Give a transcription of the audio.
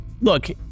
look